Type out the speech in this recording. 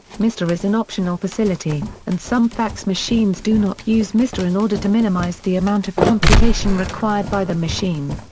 mr is an optional facility, and some fax machines do not use mr in order to minimise the amount of computation required by the machine.